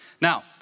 Now